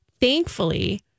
Thankfully